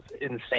insane